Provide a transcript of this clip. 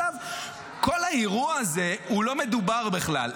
--- כל האירוע הזה לא מדובר בכלל.